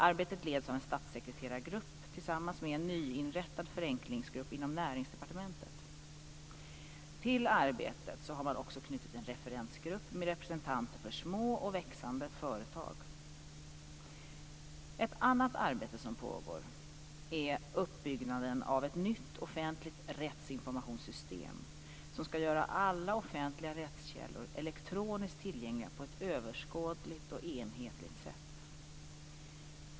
Arbetet leds av en statssekreterargrupp tillsammans med en nyinrättad förenklingsgrupp inom Näringsdepartementet. Till arbetet har man också knutit en referensgrupp med representanter för små och växande företag. Ett annat arbete som pågår är uppbyggnaden av ett nytt offentligt rättsinformationssystem som skall göra alla offentliga rättskällor elektroniskt tillgängliga på ett överskådligt och enhetligt sätt.